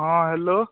हँ हेलो